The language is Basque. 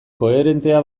koherentea